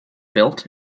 built